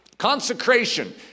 consecration